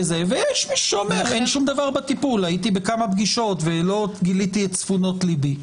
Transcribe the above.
ויש מי שאומר: הייתי בכמה פגישות ולא גיליתי צפונות ליבי.